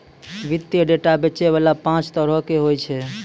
वित्तीय डेटा बेचै बाला पांच तरहो के होय छै